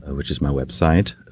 which is my website.